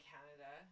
Canada